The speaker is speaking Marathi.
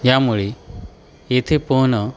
यामुळे येथे पोहणं